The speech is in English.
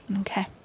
Okay